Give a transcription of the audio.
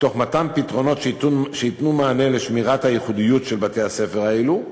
תוך מתן פתרונות שייתנו מענה לשמירת הייחודיות של בתי-הספר האלו,